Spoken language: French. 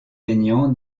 aignan